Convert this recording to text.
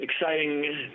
exciting